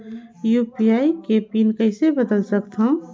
UPI के pin कइसे बदल सकथव?